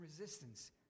resistance